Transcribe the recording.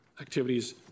activities